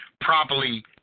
properly